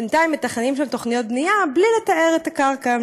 בינתיים מתכננים שם תוכניות בנייה בלי לטהר את הקרקע.